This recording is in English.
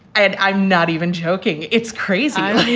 an i'm not even joking. it's crazy.